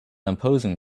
opposing